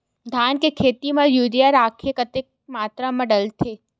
धान के खेती म यूरिया राखर कतेक मात्रा म डलथे?